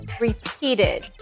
repeated